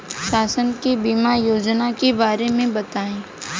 शासन के बीमा योजना के बारे में बताईं?